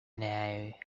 now